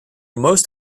most